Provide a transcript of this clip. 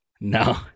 No